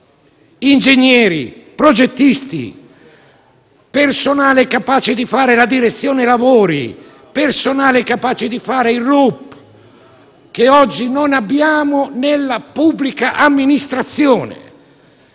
ingegneri, progettisti, personale capace di occuparsi della direzione dei lavori, e di fare il RUP, che oggi non abbiamo nella pubblica amministrazione.